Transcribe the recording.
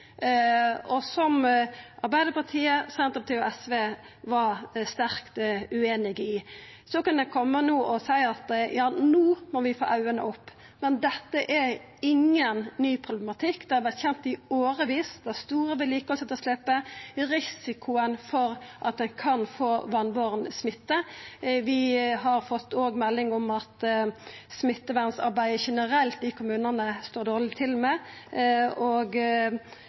og som Arbeidarpartiet, Senterpartiet og SV var sterkt ueinige i. Så kan ein koma no og seia at no må vi få auga opp. Men dette er ingen ny problematikk. Det har vore kjent i årevis det store vedlikehaldsetterslepet og risikoen for at ein kan få vatnboren smitte. Vi har òg fått melding om at det generelt står dårleg til med smittevernsarbeidet i kommunane, og